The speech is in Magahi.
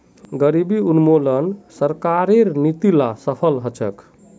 गरीबी उन्मूलनत सरकारेर नीती ला सफल ह छेक